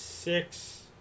Six